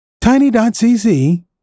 tiny.cc